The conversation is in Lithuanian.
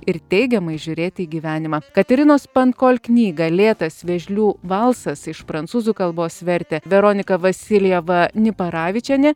ir teigiamai žiūrėti į gyvenimą katerinos pankol knygą lėtas vėžlių valsas iš prancūzų kalbos vertė veronika vasiljeva niparavičienė